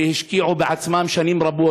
והשקיעו בעצמם שנים רבות,